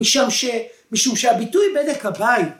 משום ש... משום שהביטוי בדק הבית